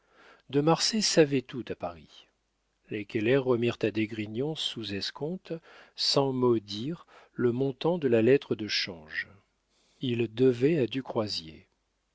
de marsay savait tout à paris les keller remirent à d'esgrignon sous escompte sans mot dire le montant de la lettre de change ils devaient à du croisier